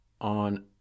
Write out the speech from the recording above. on